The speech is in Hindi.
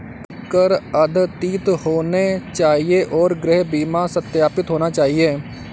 कर अद्यतित होने चाहिए और गृह बीमा सत्यापित होना चाहिए